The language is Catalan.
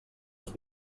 els